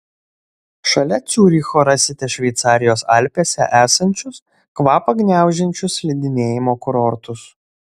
šalia ciuricho rasite šveicarijos alpėse esančius kvapą gniaužiančius slidinėjimo kurortus